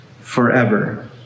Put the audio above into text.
forever